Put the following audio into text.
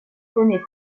connaît